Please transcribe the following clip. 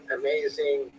amazing